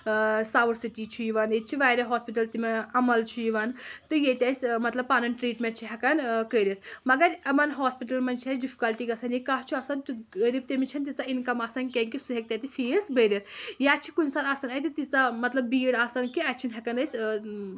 south city چھُ یِوان ییٚتہِ چھِ واریاہ ہاسپِٹل اَمل چھُ یِوان تہٕ ییٚتہِ أسۍ مطلب پَنُن ٹریٹمینٹ چھِ ہٮ۪کان کٔرِتھ مَگر یِمن ہاسپِٹلن منٛز چھِ اَسہِ ڈِفکیلٹی گژھان یا کانٛہہ چھُ آسان تیُتھ تٔمِس چھےٚ نہٕ تیٖژھ اِنکَم آسان کیٚنٛہہ کہِ سُہ ہیٚکہِ تَتہِ فیٖس بٔرِتھ یا چھِ کُنہِ ساتہٕ تَتہِ تیٖژھ بیڈ آسان کہِ اَتہِ چھِ نہٕ ہٮ۪کان أسۍ